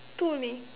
two only